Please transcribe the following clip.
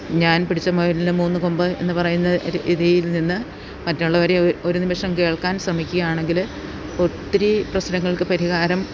ഞാൻ പിടിച്ച മുയലിന് മൂന്ന് കൊമ്പ് എന്ന് പറയുന്ന രീതിയിൽ നിന്ന് മറ്റുള്ളവരെ ഒരു നിമിഷം കേൾക്കാൻ ശ്രമിക്കുകയാണെങ്കിൽ ഒത്തിരി പ്രശ്നങ്ങൾക്ക് പരിഹാരം